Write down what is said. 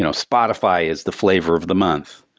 and spotify is the flavor of the month.